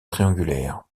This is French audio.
triangulaire